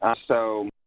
ah so